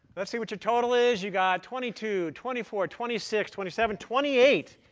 let's see what your total is. you've got twenty two, twenty four, twenty six, twenty seven, twenty eight.